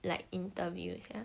like interview sia